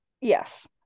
Yes